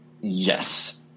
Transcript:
Yes